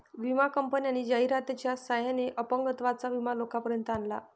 विमा कंपन्यांनी जाहिरातीच्या सहाय्याने अपंगत्वाचा विमा लोकांपर्यंत आणला